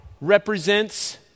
represents